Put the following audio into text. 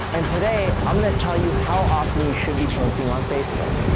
and today i'm gonna tell you how often you should be posting on facebook.